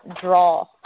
draw